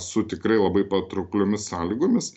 su tikrai labai patraukliomis sąlygomis